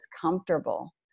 comfortable